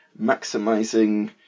maximizing